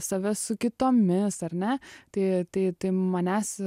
save su kitomis ar ne tai tai tai manęs